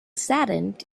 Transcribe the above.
saddened